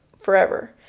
forever